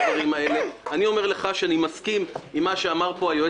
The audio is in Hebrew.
עדיין בסיס המחשבה של מה שאתה אומר פה הוא מאוד קשה לנו